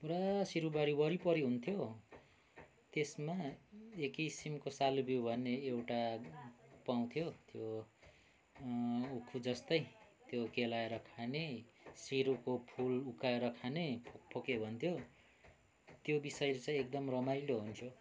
पुरा सिरुबारी वरिपरि हुन्थ्यो त्यसमा एक किसिमको सालुबिउ भन्ने एउटा पाउँथ्यो त्यो उखु जस्तै त्यो केलाएर खाने सिरुको फुल उक्काएर खाने फोके भन्थ्यौँ त्यो विषयहरू चाहिँ एकदम रमाइलो हुन्थ्यो